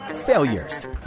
failures